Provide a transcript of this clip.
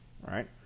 right